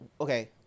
Okay